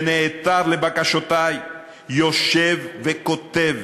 שנעתר לבקשותי, יושב וכותב